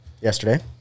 yesterday